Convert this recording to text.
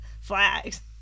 flags